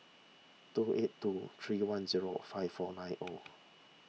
two eight two three one zero five four nine zero